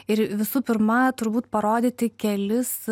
ir visų pirma turbūt parodyti kelis